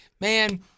Man